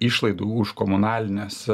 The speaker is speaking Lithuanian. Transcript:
išlaidų už komunalines